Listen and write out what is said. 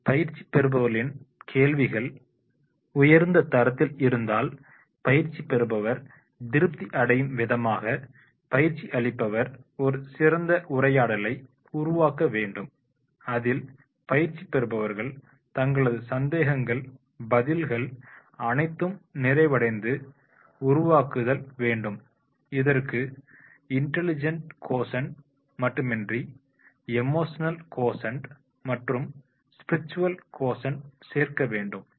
பயிற்சி பெறுபவர்களின் கேள்விகள் உயர்ந்த தரத்தில் இருந்தாள் பயிற்சி பெறுபவர் திருப்தி அடையும் விதமாக பயிற்சி அளிப்பவர் ஒரு சிறந்த உரையாடலை உருவாக்க வேண்டும் அதில் பயிற்சி பெறுபவர்கள் தங்களது சந்தேகங்கள் பதில்கள் அனைத்தும் நிறைவடைந்து உருவாக்குதல் வேண்டும் இதற்கு இந்டேலிஜந்ஸ கோசென்ட் மட்டுமன்றி எமோஷனல் கோசென்ட் மற்றும் ஸ்பிரிசவல் கோசென்ட் சேர்க்க வேண்டும் IQEQSQ